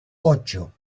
ocho